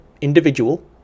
individual